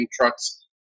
trucks